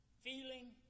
feeling